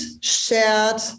shared